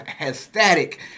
ecstatic